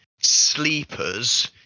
Sleepers